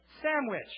sandwich